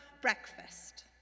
breakfast